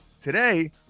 Today